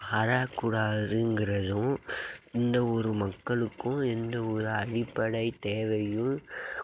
வரக்கூடாதுங்குறதும் எந்த ஊர் மக்களுக்கும் எந்த ஒரு அடிப்படை தேவையும்